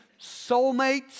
soulmates